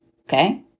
okay